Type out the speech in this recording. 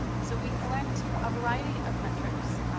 so, we collect a variety of metrics.